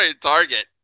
target